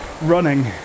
running